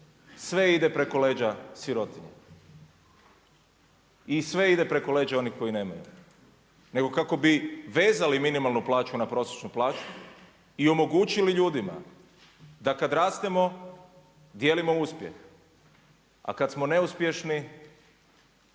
sve ide preko leđa sirotinje i sve ide preko leđa onih koji nemaju. Nego kako bi vezali minimalnu plaću na prosječnu plaću i omogućili ljudima da kada rastemo dijelimo uspjeh, a kada smo neuspješni